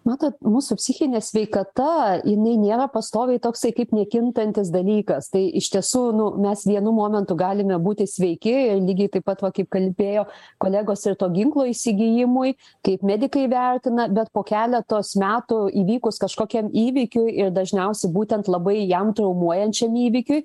matot mūsų psichinė sveikata jinai nėra pastoviai toksai kaip nekintantis dalykas tai iš tiesų nu mes vienu momentu galime būti sveiki lygiai taip pat va kaip kalbėjo kolegos ir to ginklo įsigijimui kaip medikai vertina bet po keletos metų įvykus kažkokiam įvykiui ir dažniausiai būtent labai jam traumuojančiam įvykiui